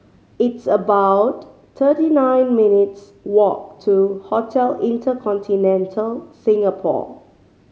it's about thirty nine minutes' walk to Hotel InterContinental Singapore